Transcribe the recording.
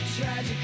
tragic